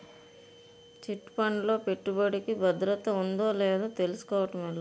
Chit fund లో పెట్టుబడికి భద్రత ఉందో లేదో తెలుసుకోవటం ఎలా?